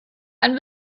ein